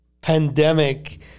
pandemic